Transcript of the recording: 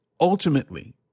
ultimately